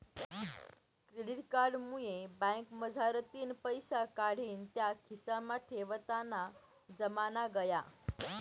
credit card मुये बँकमझारतीन पैसा काढीन त्या खिसामा ठेवताना जमाना गया